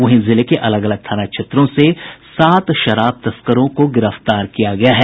वहीं जिले के अलग अलग थाना क्षेत्रों से सात शराब तस्करों को गिरफ्तार किया गया है